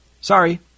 Sorry